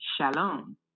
Shalom